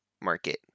market